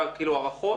כאילו הערכות.